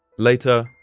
later,